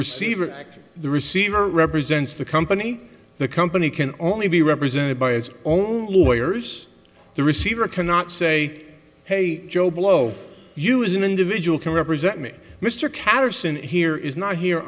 receiver the receiver represents the company the company can only be represented by its own lawyers the receiver cannot say hey joe blow you as an individual can represent me mr caterson here is not here